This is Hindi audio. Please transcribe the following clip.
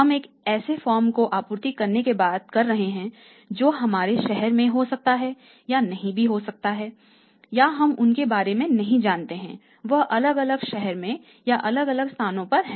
हम एक ऐसे फर्म को आपूर्ति करने की बात कर रहे हैं जो हमारे शहर में हो सकता है या नहीं भी हो सकता है या हम उनके बारे में नहीं जानते है वह अलग शहर में या अलग अलग स्थानों पर है